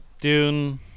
Dune